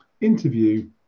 interview